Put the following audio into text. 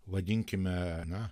vadinkime na